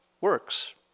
works